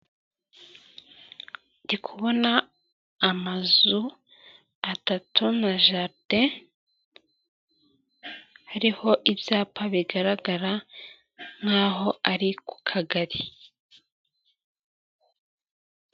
Ndi kubona amazu atatu na jaride, hariho ibyapa bigaragara nkaho ari ku kagari.